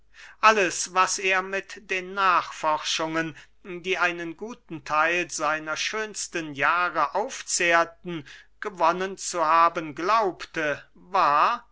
alles was er mit den nachforschungen die einen guten theil seiner schönsten jahre aufzehrten gewonnen zu haben glaubte war